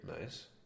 Nice